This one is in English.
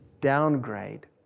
downgrade